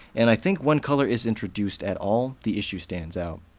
and i think when color is introduced at all, the issue stands out.